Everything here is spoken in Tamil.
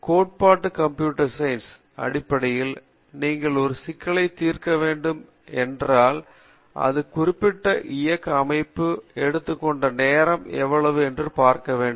கோட்பாட்டு கம்ப்யூட்டர் சயின்ஸ் அடிப்படையில் நீங்கள் ஒரு சிக்கலை தீர்க்க வேண்டும் என்றால் இந்த குறிப்பிட்ட இயக்க அமைப்பு எடுத்து கொண்ட நேரம் எவ்வளவு என்று பார்க்க வேண்டும்